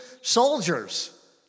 soldiers